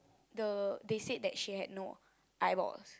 the they said that she had no eyeballs